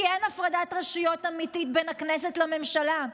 כי אין הפרדת רשויות אמיתית בין הכנסת לממשלה.